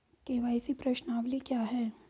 KYC प्रश्नावली क्या है?